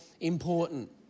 important